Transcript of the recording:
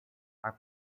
are